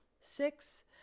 Six